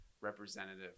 representative